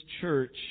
church